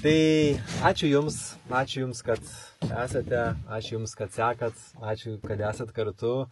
tai ačiū jums ačiū jums kad esate ačiū jums kad sekat ačiū kad esat kartu